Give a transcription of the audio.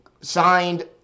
signed